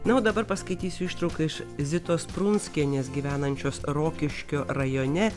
na o dabar paskaitysiu ištrauką iš zitos prunskienės gyvenančios rokiškio rajone